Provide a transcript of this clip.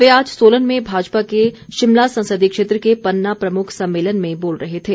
वे आज सोलन में भाजपा के शिमला संसदीय क्षेत्र के पन्ना प्रमुख सम्मेलन में बोल रहे थे